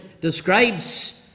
describes